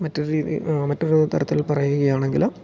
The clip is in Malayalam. മറ്റൊരു രീതി മറ്റൊരു തരത്തിൽ പറയുകയാണെങ്കിൽ